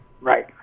Right